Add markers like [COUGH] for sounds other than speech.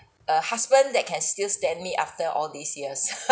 a husband that can still stand me after all these years [LAUGHS]